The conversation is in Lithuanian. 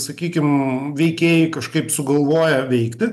sakykim veikėjai kažkaip sugalvoja veikti